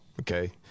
Okay